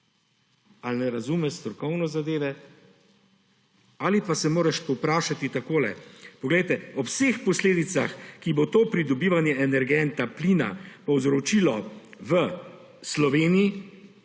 ali ne razumeš strokovno zadeve, ali pa se moraš povprašati takole. Ob vseh posledicah, ki bo to pridobivanje energenta plina povzročilo v Sloveniji,